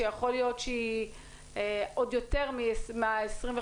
שיכול להיות שהיא עוד יותר מה-25%